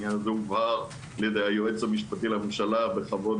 העניין הזה הובהר על ידי היועץ המשפטי לממשלה בחוות